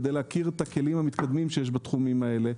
כדי להכיר את הכלים המתקדמים שיש בתחומים האלה,